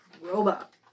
Robot